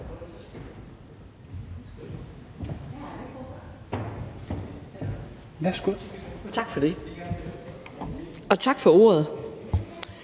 Tak for det, og tak for ordet.